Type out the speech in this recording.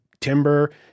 timber